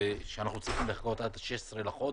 שאנחנו צריכים לחכות עד 16 לחודש,